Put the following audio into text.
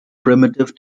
primitive